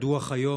הדוח מהיום,